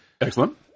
Excellent